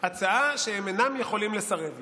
הצעה שהם אינם יכולים לסרב לה.